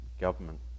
government